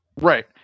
Right